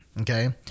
Okay